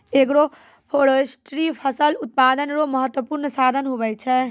agroforestry फसल उत्पादन रो महत्वपूर्ण साधन हुवै छै